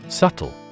Subtle